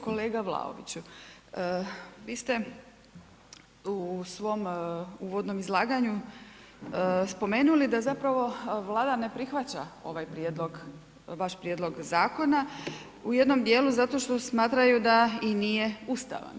Kolega Vlaoviću, vi ste u svom uvodnom izlaganju spomenuli da zapravo Vlada ne prihvaća ovaj prijedlog, vaš prijedlog zakona u jednom dijelu zato što smatraju i nije ustavan.